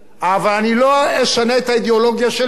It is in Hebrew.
אבל אני לא אשנה את האידיאולוגיה שלי,